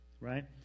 right